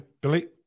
Billy